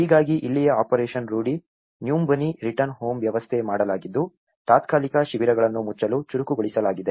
ಹೀಗಾಗಿ ಇಲ್ಲಿಯೇ operation Rudi Nyumbani return home ವ್ಯವಸ್ಥೆ ಮಾಡಲಾಗಿದ್ದು ತಾತ್ಕಾಲಿಕ ಶಿಬಿರಗಳನ್ನು ಮುಚ್ಚಲು ಚುರುಕುಗೊಳಿಸಲಾಗಿದೆ